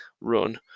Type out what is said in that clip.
run